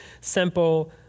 simple